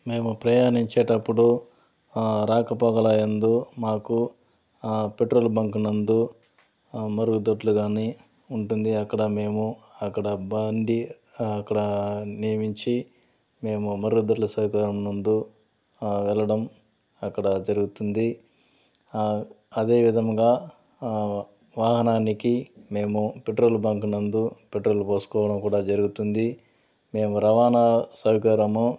మేము ప్రయాణించేటప్పుడు రాకపోకల యందు మాకు పెట్రోల్ బంకు నందు మరుగుదొడ్లు కానీ ఉంటుంది అక్కడ మేము అక్కడ బండి అక్కడ నియమించి మేము మరుగుదొడ్ల సేవా యందు వెళ్లడం అక్కడ జరుగుతుంది అదే విధముగా వాహనానికి మేము పెట్రోల్ బంకు నందు పెట్రోల్ పోసుకోవడం కూడా జరుగుతుంది మేము రవాణా సహకారము